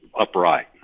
upright